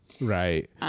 right